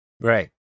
Right